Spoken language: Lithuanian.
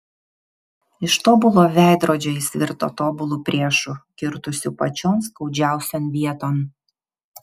iš tobulo veidrodžio jis virto tobulu priešu kirtusiu pačion skaudžiausion vieton